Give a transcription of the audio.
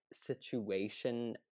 situation